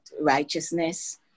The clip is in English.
righteousness